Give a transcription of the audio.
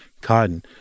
cotton